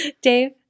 Dave